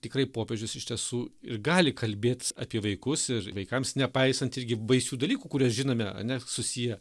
tikrai popiežius iš tiesų ir gali kalbėt apie vaikus ir vaikams nepaisant irgi baisių dalykų kuriuos žinome ane susiję